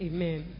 Amen